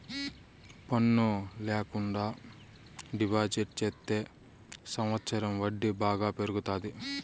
పన్ను ల్యాకుండా డిపాజిట్ చెత్తే సంవచ్చరం వడ్డీ బాగా పెరుగుతాది